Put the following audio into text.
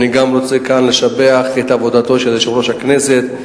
אני גם רוצה לשבח כאן את עבודתו של יושב-ראש הכנסת,